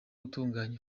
gutunganya